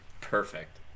Perfect